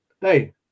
Hey